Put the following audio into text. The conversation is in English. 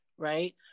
Right